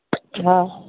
अछा